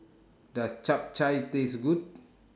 Does Chap Chai Taste Good